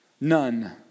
none